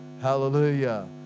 Hallelujah